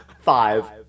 five